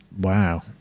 Wow